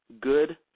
good